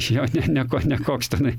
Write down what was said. iš jo ne ne ko ne koks tenai